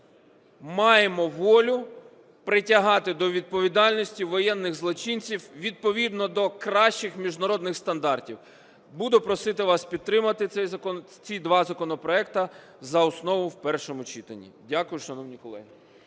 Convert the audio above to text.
маємо волю притягати до відповідальності воєнних злочинів відповідно до кращих міжнародних стандартів. Буду просити вас підтримати ці два законопроекти за основу в першому читанні. Дякую, шановні колеги.